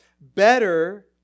Better